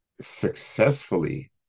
successfully